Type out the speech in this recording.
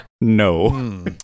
no